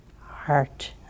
Heart